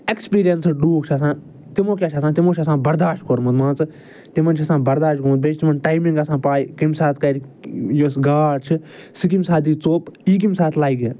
experienced لوٗکھ چھِ آسان تِمو کیٛاہ چھِ آسان تِمو چھِ آسان برداش کوٚرمُت مان ژٕ تِمن چھُ آسان برداش گوٚمُت بیٚیہِ چھِ تِمن ٹایمِنٛگ آسان پَے کَمہِ ساتہٕ کَرِ یُس گاڈ چھِ سُہ کَمہِ ساتہٕ دِ ژوٚپ یہِ کَمہِ ساتہٕ لَگہِ